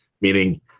meaning